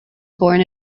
born